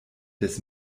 des